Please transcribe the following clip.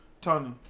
Tony